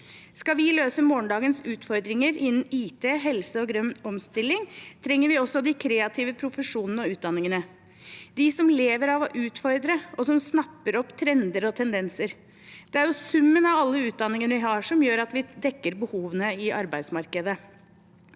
Skal vi løse morgendagens utfordringer innenfor IT, helse og grønn omstilling, trenger vi også de kreative profesjonene og utdanningene – de som lever av å utfordre, og som snapper opp trender og tendenser. Det er summen av alle utdanningene vi har som gjør at vi dekker behovene i arbeidsmarkedet.